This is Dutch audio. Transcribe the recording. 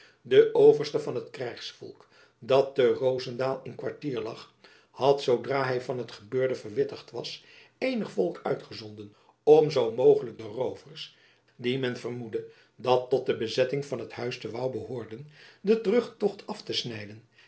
de overste van het krijgsvolk dat te rozendaal in kwartier lag had zoodra hy van het gebeurde verwittigd was eenig volk uitgezonden om zoo mogelijk de roovers die men vermoedde dat tot de bezetting van t huis te wouw behoorden den terugtocht af te snijden